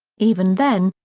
even then,